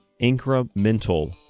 Incremental